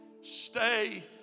Stay